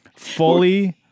Fully